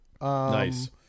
Nice